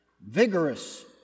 vigorous